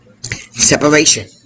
Separation